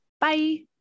Bye